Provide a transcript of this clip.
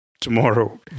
tomorrow